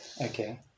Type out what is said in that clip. Okay